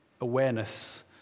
awareness